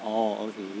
oh okay